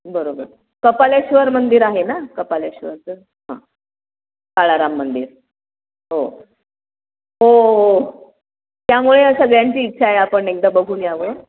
बरोबर कपालेश्वर मंदिर आहे ना कपालेश्वरचं हां काळाराम मंदिर हो हो हो त्यामुळे सगळ्यांची इच्छा आहे आपण एकदा बघून यावं